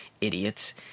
idiots